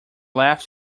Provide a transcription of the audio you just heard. left